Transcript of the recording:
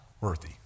worthy